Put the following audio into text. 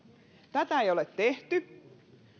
tätä ei ole tehty